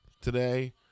today